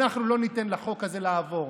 אנחנו לא ניתן לחוק הזה לעבור,